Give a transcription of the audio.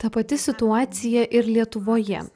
ta pati situacija ir lietuvoje